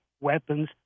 weapons